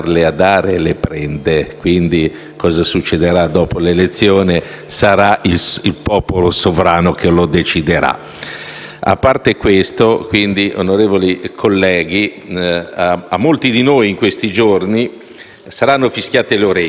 A parte questo, onorevoli colleghi, a molti di noi in questi giorni saranno fischiate le orecchie. La grande stampa italiana scandalistica ha guardato ai nostri lavori, rispolverando tutto l'armamentario